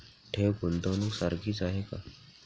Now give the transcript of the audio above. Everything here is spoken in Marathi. ठेव, गुंतवणूक सारखीच आहे का?